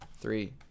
Three